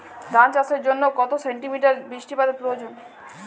ধান চাষের জন্য কত সেন্টিমিটার বৃষ্টিপাতের প্রয়োজন?